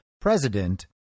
president